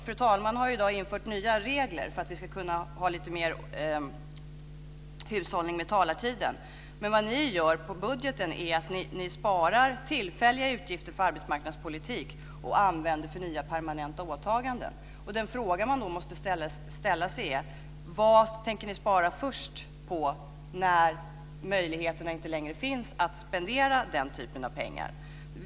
Fru talmannen har ju infört nya regler i dag för att få lite bättre hushållning med talartiden men vad ni gör i fråga om budgeten är att ni sparar när det gäller tillfälliga utgifter inom arbetsmarknadspolitiken och använder pengarna till nya permanenta åtaganden. Den fråga man då måste ställa sig är: Vad tänker ni först spara på när möjligheterna inte längre finns att spendera den typen av pengar?